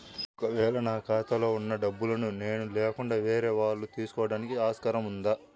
ఒక వేళ నా ఖాతాలో వున్న డబ్బులను నేను లేకుండా వేరే వాళ్ళు తీసుకోవడానికి ఆస్కారం ఉందా?